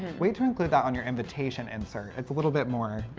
wait to include that on your invitation insert. it's a little bit more,